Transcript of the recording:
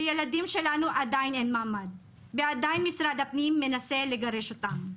ולילדים שלנו עדיין אין מעמד ומשרד הפנים עדיין מנסה לגרש אותם.